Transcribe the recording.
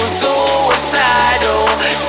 suicidal